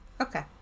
okay